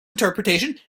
interpretation